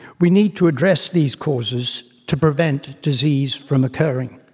we need to address these causes to prevent disease from occurring.